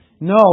No